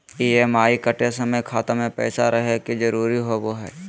EMI कटे समय खाता मे पैसा रहे के जरूरी होवो हई